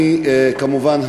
כמובן,